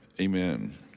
amen